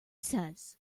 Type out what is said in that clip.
says